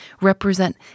represent